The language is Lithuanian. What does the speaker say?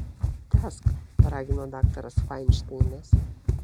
tęsk paragino daktaras fainšteinas